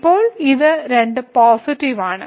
ഇപ്പോൾ ഇത് പോസിറ്റീവ് ആണ്